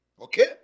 Okay